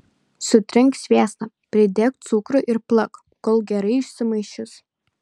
sutrink sviestą pridėk cukrų ir plak kol gerai išsimaišys